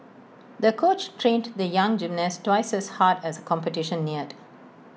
the coach trained the young gymnast twice as hard as the competition neared